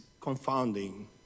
confounding